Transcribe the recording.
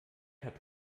hat